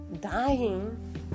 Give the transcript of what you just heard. Dying